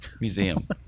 Museum